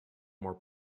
more